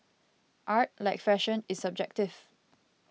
art like fashion is subjective